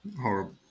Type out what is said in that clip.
horrible